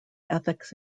ethics